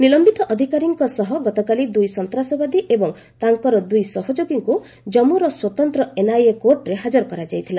ନିଲମ୍ପିତ ଅଧିକାରୀଙ୍କ ସହ ଗତକାଲି ଦୁଇ ସନ୍ତାସବାଦୀ ଏବଂ ତାଙ୍କର ଦୁଇ ସହଯୋଗୀଙ୍କୁ ଜାନ୍ପୁର ସ୍ୱତନ୍ତ୍ର ଏନ୍ଆଇଏ କୋର୍ଟରେ ହାଜର କରାଯାଇଥିଲା